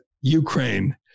Ukraine